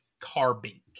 Carbink